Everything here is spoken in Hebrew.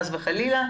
חס וחלילה,